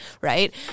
right